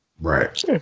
Right